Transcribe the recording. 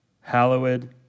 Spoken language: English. hallowed